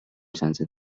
sciences